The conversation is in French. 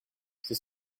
c’est